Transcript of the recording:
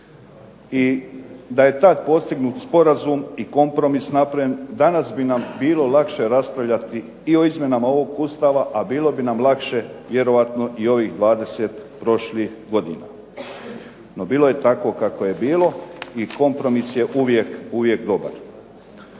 i da je tad postignut sporazum i kompromis napravljen danas bi nam bilo lakše raspravljati i o izmjenama ovog Ustava, a bilo bi nam lakše vjerojatno i ovih 20 prošlih godina. No bilo je tako kako je bilo i kompromis je uvijek dobar.